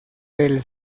del